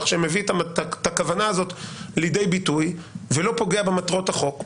שמביא את הכוונה הזאת לידי ביטוי ולא פוגע במטרות החוק,